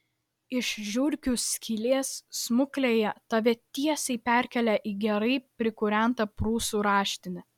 iš žiurkių skylės smuklėje tave tiesiai perkelia į gerai prikūrentą prūsų raštinę